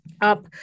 up